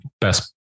best